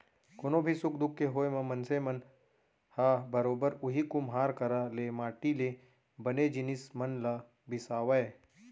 कोनो भी सुख दुख के होय म मनसे मन ह बरोबर उही कुम्हार करा ले ही माटी ले बने जिनिस मन ल बिसावय